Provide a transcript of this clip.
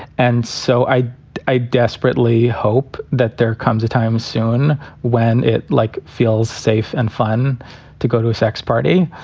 and so i i desperately hope that there comes a time soon when it like feels safe and fun to go to a sex party